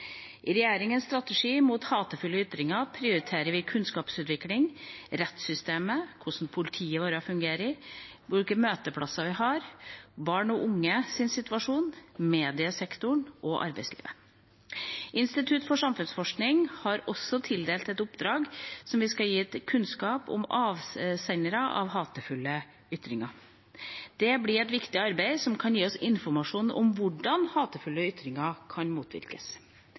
I regjeringas strategi mot hatefulle ytringer prioriterer vi kunnskapsutvikling, rettssystemet, hvordan politiet fungerer, hvilke møteplasser vi har, barn og unges situasjon, mediesektoren og arbeidslivet. Institutt for samfunnsforskning er tildelt et oppdrag som skal gi oss kunnskap om avsenderne av hatefulle ytringer. Det blir et viktig arbeid som kan gi oss informasjon om hvordan hatefulle ytringer kan